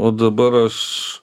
o dabar aš